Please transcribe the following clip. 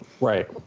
Right